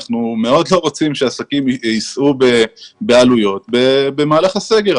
אנחנו מאוד לא רוצים שעסקים יישאו בעלויות במהלך הסגר.